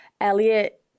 Elliot